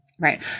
right